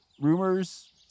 rumors